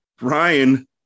Ryan